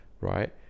right